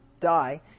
die